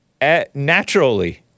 naturally